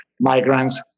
migrants